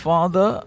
Father